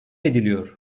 ediliyor